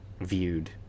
viewed